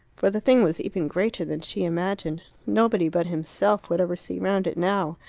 for the thing was even greater than she imagined. nobody but himself would ever see round it now.